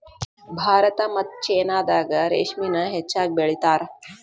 ಭಾರತಾ ಮತ್ತ ಚೇನಾದಾಗ ರೇಶ್ಮಿನ ಹೆಚ್ಚಾಗಿ ಬೆಳಿತಾರ